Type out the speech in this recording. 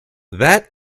that